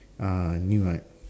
uh new right